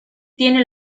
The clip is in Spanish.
tiene